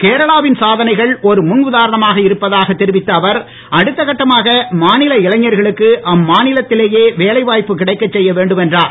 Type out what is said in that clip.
கேரளாவின் சாதனைகள் ஒரு முன் உதாரணமாக இருப்பதாக தெரிவித்த அவர் அடுத்த கட்டமாக மாநில இளைஞர்களுக்கு அம்மாநிலத்திலேயே வேலை வாய்ப்பு கிடைக்கச் செய்ய வேண்டும் என்றார்